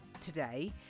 today